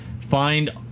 find